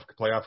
playoff